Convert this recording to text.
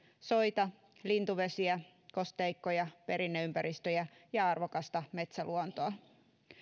soita lintuvesiä kosteikkoja perinneympäristöjä ja arvokasta metsäluontoa